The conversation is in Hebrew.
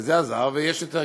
וזה עזר, ויש יותר כיתות.